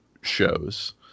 shows